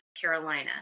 Carolina